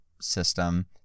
system